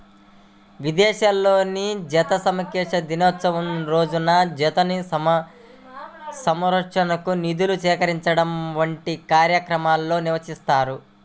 విదేశాల్లో జంతు సంక్షేమ దినోత్సవం రోజున జంతు సంరక్షణకు నిధులు సేకరించడం వంటి కార్యక్రమాలు నిర్వహిస్తారు